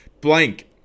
Blank